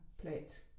plate